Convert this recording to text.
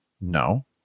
no